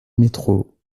métro